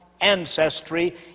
ancestry